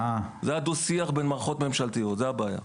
הדו-שיח בין מערכות ממשלתיות הוא הבעיה.